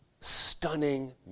stunning